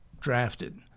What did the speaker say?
drafted